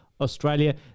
Australia